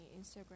Instagram